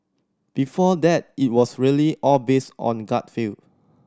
before that it was really all based on gut feel